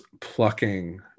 plucking